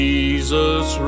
Jesus